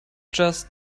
just